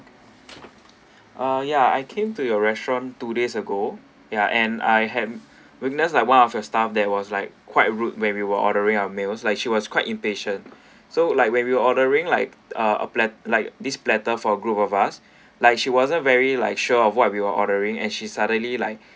uh yeah I came to your restaurant two days ago yeah and I had witness at one of your staff there was like quite rude where we were ordering our meals like she was quite impatient so like when we're ordering like a plat~ like this platter for group of us like she wasn't very like sure of whatever we're ordering and she suddenly like